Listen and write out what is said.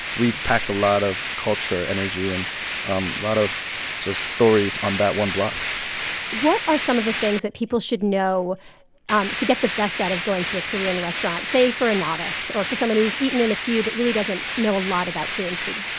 we've packed a lot of culture, energy and a um lot of stories on that one block what are some of the things that people should know um to get the best out of going to a korean restaurant, say for a novice or for someone who has eaten in a few but really doesn't know a lot about korean food?